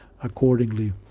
accordingly